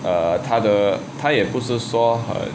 err 他的他也不是说很